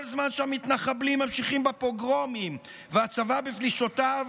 כל זמן שהמתנחבלים ממשיכים בפוגרומים והצבא בפלישותיו,